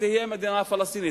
שתהיה מדינה פלסטינית.